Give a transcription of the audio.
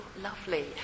lovely